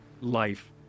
life